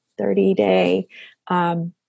30-day